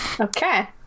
okay